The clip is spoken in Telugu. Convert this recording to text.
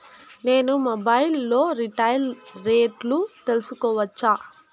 నేను మొబైల్ లో రీటైల్ రేట్లు తెలుసుకోవచ్చా?